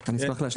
אני אשמח להשלים.